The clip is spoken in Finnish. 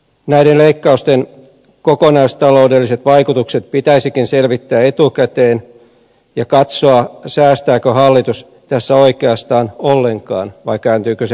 näiden leikkausten kokonaistaloudelliset vaikutukset pitäisikin selvittää etukäteen ja katsoa säästääkö hallitus tässä oikeastaan ollenkaan vai kääntyykö asia päinvastoin